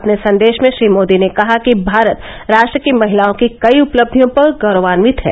अपने संदेश में श्री मोदी ने कहा कि भारत राष्ट्र की महिलाओं की कई उपलब्धियों पर गौरवान्वित है